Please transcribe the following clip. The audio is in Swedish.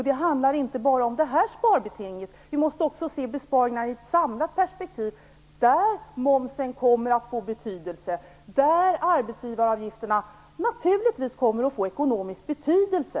Det handlar inte bara om det här sparbetinget, utan vi måste också se besparingar i ett samlat perspektiv där momsen kommer att få betydelse och där arbetsgivaravgifterna naturligtvis kommer att få ekonomisk betydelse.